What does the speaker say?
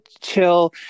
chill